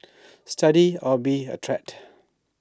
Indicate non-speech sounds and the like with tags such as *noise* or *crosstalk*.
*noise* study or be A treat